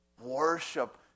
worship